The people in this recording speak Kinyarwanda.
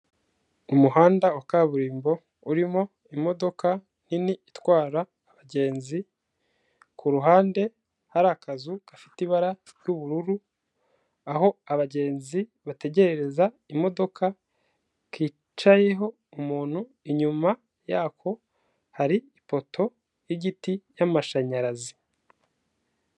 Umuhanda wa kaburimbo urimo imodoka nini itwara abagenzi, ku ruhande hari akazu gafite ibara ry'ubururu, aho abagenzi bategereza imodoka, kicayeho umuntu, inyuma yako hari ifoto y'igiti y'amashanyarazi.